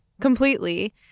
Completely